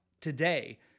Today